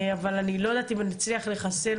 אבל אני לא יודעת אם נצליח לחסל,